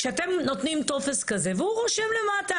כשאתם נותנים טופס כזה והוא רושם למטה,